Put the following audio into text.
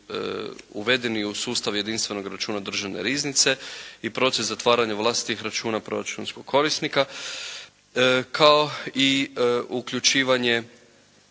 uvedeni u sustav jedinstvenog računa državne riznice i proces zatvaranja vlastitih računa proračunskog korisnika kao i uključivanje